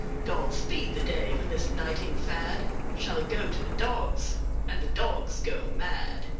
god speed the day when this knighting fad shall go to the dogs and the dogs go mad.